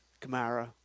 Kamara